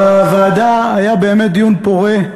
בוועדה היה באמת דיון פורה,